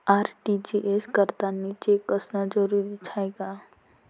RTGS करतांनी cheque असनं जरुरीच हाय का?